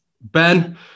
Ben